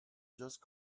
just